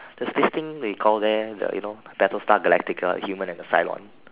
there is this thing what you call there the you know battle star galactically human and the cylon